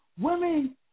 women